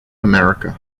america